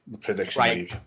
prediction